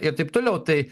ir taip toliau tai